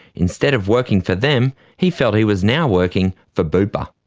instead of working for them, he felt he was now working for bupa.